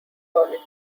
college